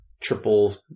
triple